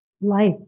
life